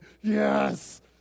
Yes